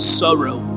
sorrow